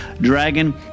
Dragon